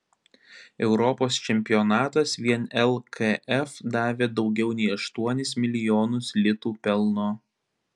europos čempionatas vien lkf davė daugiau nei aštuonis milijonus litų pelno